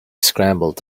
scrambled